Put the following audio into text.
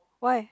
why